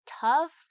tough